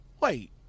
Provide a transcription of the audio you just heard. Wait